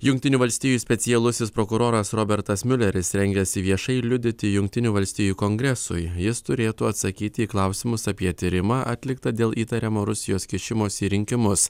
jungtinių valstijų specialusis prokuroras robertas miuleris rengiasi viešai liudyti jungtinių valstijų kongresui jis turėtų atsakyti į klausimus apie tyrimą atliktą dėl įtariamo rusijos kišimosi į rinkimus